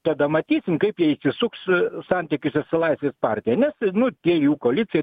tada matysim kaip jie išsisuks santykiuose su laisvės partija nes nu tie jų koalicijoj